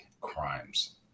crimes